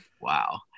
wow